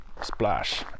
Splash